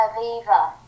Aviva